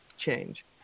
Change